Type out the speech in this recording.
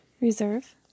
reserve